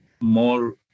more